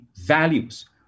values